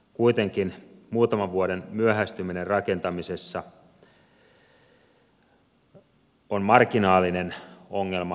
kuitenkin muutaman vuoden myöhästyminen rakentamisessa on marginaalinen ongelma